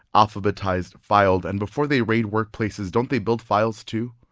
alphabetized, filed and before they raid workplaces, don't they build files, too?